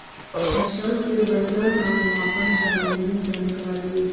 फसल के वजन और मापन संबंधी जनकारी?